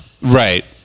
Right